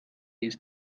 ist